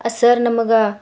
sir ನಮಗೆ